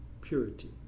purity